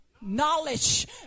knowledge